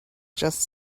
just